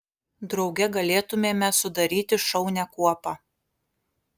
drauge galėtumėme sudaryti šaunią kuopą